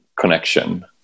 connection